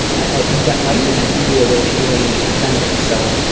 i think that might potentially be a way to alienate your vendors. so,